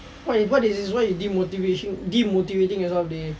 what what is is this why demotivation demotivating yourself man